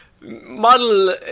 model